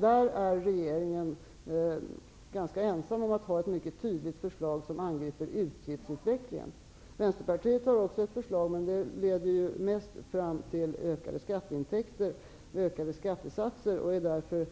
Där är regeringen ganska ensam om att ha ett mycket tydligt förslag som angriper utgiftsutvecklingen. Vänsterpartiet har också ett förslag, men det leder huvudsakligen till ökade skatteintäkter och ökade skattesatser och står därför